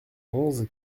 onze